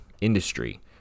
industry